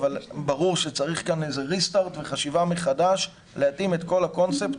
אבל ברור שצריך פה איזה שהוא רה-סטרט וחשיבה מחדש להתאים את כל הקונספט.